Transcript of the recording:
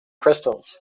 crystals